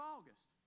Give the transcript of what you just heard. August